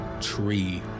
tree